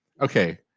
okay